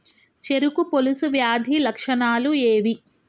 చెరుకు పొలుసు వ్యాధి లక్షణాలు ఏవి?